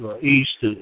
east